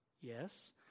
Yes